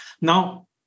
Now